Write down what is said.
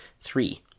Three